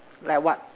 like what